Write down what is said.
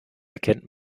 erkennt